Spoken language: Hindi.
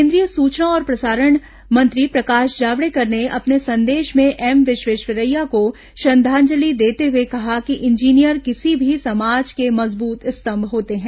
केन्द्रीय सूचना और प्रसारण मंत्री प्रकाश जावड़ेकर ने अपने संदेश में एम विश्वेश्वरैया को श्रद्धांजलि देते हुए कहा कि इंजीनियर किसी भी समाज के मजबूत स्तम्भ होते हैं